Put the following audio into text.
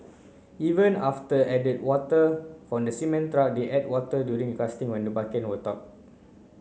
even after added water from the cement truck they to add water during casting when the bucket top